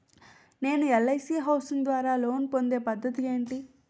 నేను LIC housing ద్వారా loan పొందే పద్ధతి ఏంటి?